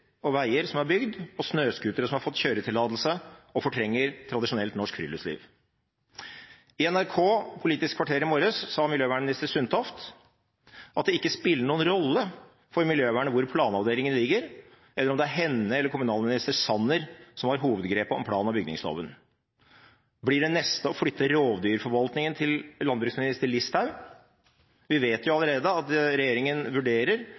og veier som er bygd, og snøscootere som har fått kjøretillatelse, som fortrenger tradisjonelt norsk friluftsliv. I NRKs Politisk kvarter i morges sa miljøvernminister Sundtoft at det ikke spiller noen rolle for miljøvernet hvor planavdelingen ligger, eller om det er henne eller kommunalminister Sanner som har hovedgrepet om plan- og bygningsloven. Blir det neste å flytte rovdyrforvaltningen til landbruksminister Listhaug? Vi vet jo allerede at regjeringen vurderer